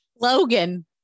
Logan